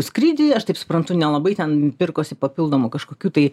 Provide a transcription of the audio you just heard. skrydį aš taip suprantu nelabai ten pirkosi papildomų kažkokių tai